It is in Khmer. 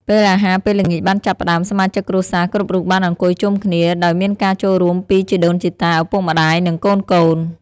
ពេលអាហារពេលល្ងាចបានចាប់ផ្តើម សមាជិកគ្រួសារគ្រប់រូបបានអង្គុយជុំគ្នា ដោយមានការចូលរួមពីជីដូនជីតា ឪពុកម្តាយ និងកូនៗ។